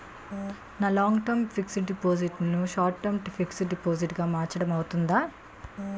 నా long term fixed deposit ను short term deposit గా మార్చటం అవ్తుందా?